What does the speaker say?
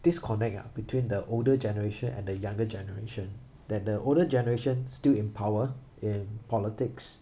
disconnect ah between the older generation and the younger generation that the older generation still in power in politics